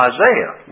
Isaiah